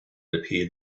appeared